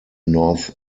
north